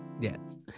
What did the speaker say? yes